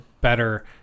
better